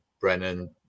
Brennan